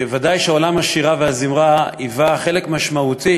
ודאי שעולם השירה והזמרה היווה חלק משמעותי